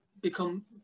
become